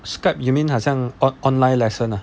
skype you mean 好像 on online lesson lah